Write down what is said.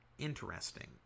interesting